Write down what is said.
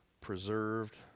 preserved